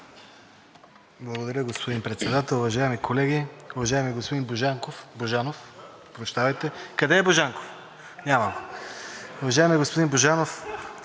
Благодаря, господин Председател. Уважаеми колеги! Уважаеми господин Божанков, Божанов… Прощавайте! Къде е Божанков? Няма го! (Оживление.) Уважаеми господин Божанов,